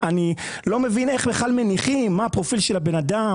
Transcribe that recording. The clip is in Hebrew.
אני לא מבין איך בכלל מניחים מה הפרופיל של הבן אדם,